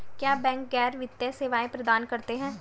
क्या बैंक गैर वित्तीय सेवाएं प्रदान करते हैं?